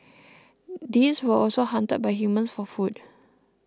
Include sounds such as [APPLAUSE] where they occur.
[NOISE] these were also hunted by humans for food